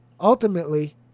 ultimately